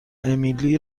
امیلی